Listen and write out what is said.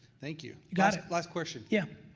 thank you. you got it. last question. yeah,